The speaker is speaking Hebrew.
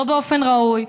לא באופן ראוי,